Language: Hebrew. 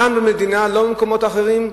כאן, במדינה, לא במקומות אחרים?